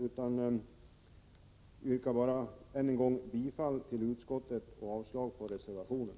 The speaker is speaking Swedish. Jag yrkar än en gång bifall till utskottets hemställan och avslag på reservationen.